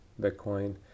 Bitcoin